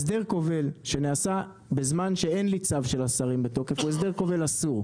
הסדר כובל שנעשה בזמן שאין לי צו של השרים בתוקף הוא הסדר כובל אסור,